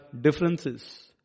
differences